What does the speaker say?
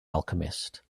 alchemist